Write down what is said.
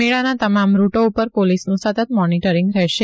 મેળાના તમામ રૂટો ઉપર પોલીસનું સતત મોનિટરિંગ રહેશે